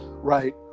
right